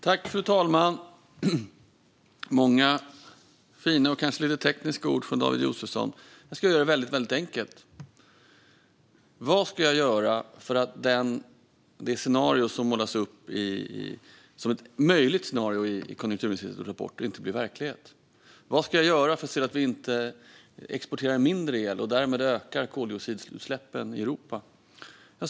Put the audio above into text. Fru talman! Det var många fina och kanske lite tekniska ord från David Josefsson. Jag ska göra det väldigt enkelt. Vad ska jag göra för att det som målas upp som ett möjligt scenario i Konjunkturinstitutets rapport inte ska bli verklighet? Vad ska jag göra för att se till att vi inte exporterar mindre el och därmed ökar koldioxidutsläppen i Europa?